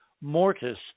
Mortis